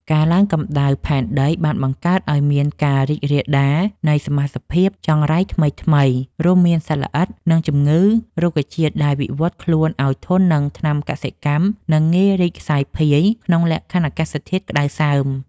ការឡើងកម្ដៅផែនដីបានបង្កើតឱ្យមានការរីករាលដាលនៃសមាសភាពចង្រៃថ្មីៗ រួមមានសត្វល្អិត និងជំងឺរុក្ខជាតិដែលវិវត្តខ្លួនឱ្យធន់នឹងថ្នាំកសិកម្ម និងងាយរីកសាយភាយក្នុងលក្ខខណ្ឌអាកាសធាតុក្ដៅសើម។